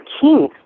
King